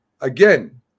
again